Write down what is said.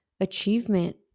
achievement